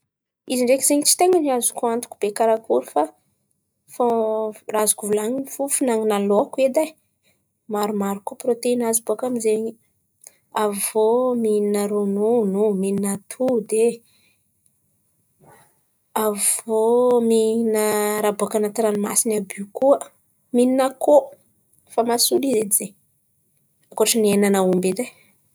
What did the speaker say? Izy ndraiky zen̈y tsy ten̈any azoko antoko be karakôry fa fa raha azoko volan̈in̈y fo fihin̈ana laoko ai. Maromaro koa protein̈y azo bôkà amin'zen̈y avô mihinà ronono, mihinà atody e, avô mihinà raha bôkà anaty ranomasin̈y àby io koa, mihinà akôho, fa mahasolo izy edy zen̈y ankôtran'n̈y henan'aomby edy ai.